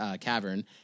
Cavern